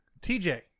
TJ